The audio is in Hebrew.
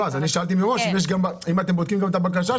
אני שאלתי מראש אם אתם בודקים גם את הבקשה,